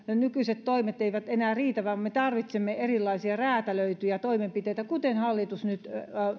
nykyiset toimet eivät enää riitä me tarvitsemme erilaisia räätälöityjä toimenpiteitä kuten hallitus